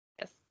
yes